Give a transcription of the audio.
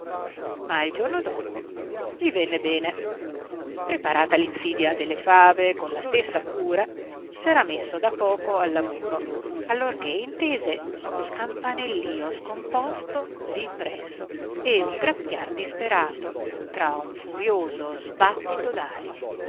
ma il giorno dopo gli venne bene preparata l'insidia delle fave con la stessa cura s'era messo da poco al lavoro allorché intese uno scampanellìo scomposto lì presso e un gracchiar disperato tra un furioso sbattito d'ali